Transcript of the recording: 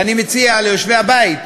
ואני מציע ליושבי הבית,